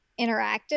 interacted